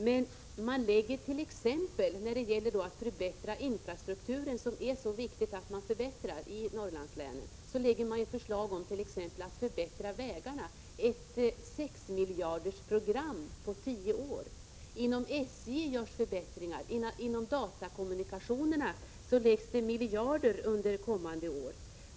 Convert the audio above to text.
Men man satsar på att förbättra infrastrukturen som är så viktig i Norrlandslänen. Man lägger fram förslag om att t.ex. förbättra vägarna för 6 miljarder kronor, på tio år. Genom SJ görs förbättringar, inom datakommunikationerna läggs miljarder under kommande år.